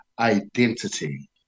identity